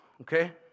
Okay